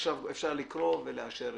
אפשר לקרוא ולאשר.